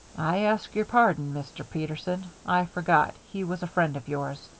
i ask your pardon, mr. peterson. i forgot he was a friend of yours.